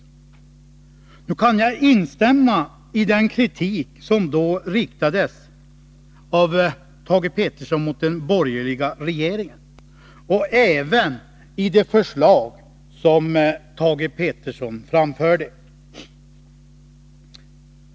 Nu kan jag instämma i den kritik som då riktades mot den borgerliga regeringen, och även i det förslag som Thage Peterson framförde.